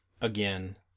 again